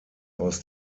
aus